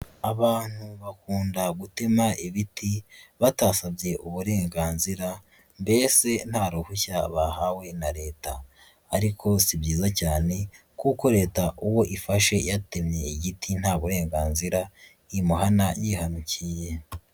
Abantu bakunda gutema ibiti batasabye uburenganzira mbese nta ruhushya bahawe na Leta ariko si byiza cyane kuko leta uwo ifashe yatemye igiti nta burenganzira imuhana yihanukiye.